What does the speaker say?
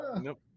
Nope